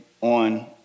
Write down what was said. on